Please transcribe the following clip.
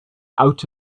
out